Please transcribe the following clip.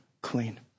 clean